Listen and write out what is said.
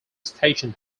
station